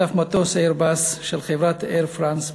נחטף מטוס "איירבוס" של חברת "אייר פראנס"